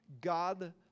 God